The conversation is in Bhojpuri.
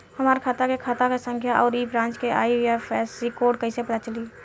हमार खाता के खाता संख्या आउर ए ब्रांच के आई.एफ.एस.सी कोड कैसे पता चली?